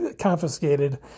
confiscated